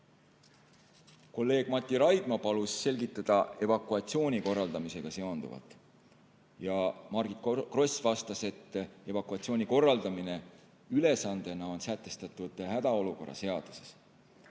Kolleeg Mati Raidma palus selgitada evakuatsiooni korraldamisega seonduvat ja Margit Gross vastas, et evakuatsiooni korraldamine on sätestatud hädaolukorra seaduses.